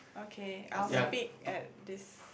okay I'll speak at this